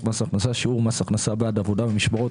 מס הכנסה (שיעור מס הכנסה בעד עבודה במשמרות),